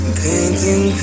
painting